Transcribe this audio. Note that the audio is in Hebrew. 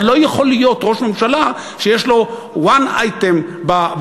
אבל לא יכול להיות ראש ממשלה שיש לו one item באג'נדה,